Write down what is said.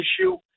issue